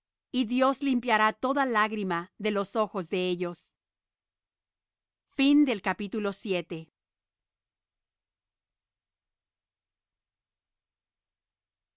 y dios limpiará toda lágrima de los ojos de ellos y